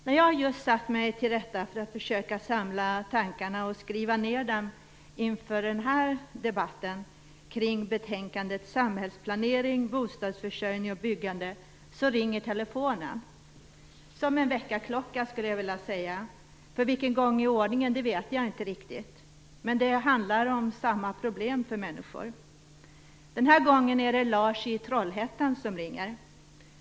När jag just satt mig till rätta för att försöka samla tankarna och skriva ned dem inför den här debatten kring betänkandet Samhällsplanering, bostadsförsörjning och byggande ringer telefonen - som en väckarklocka skulle jag vilja säga. För vilken gång i ordningen så sker vet jag inte riktigt. Det handlar om samma problem för människor. Den här gången är det Lars i Trollhättan som ringer.